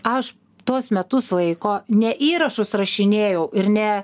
aš tuos metus laiko ne įrašus rašinėjau ir ne